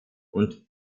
und